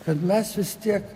kad mes vis tiek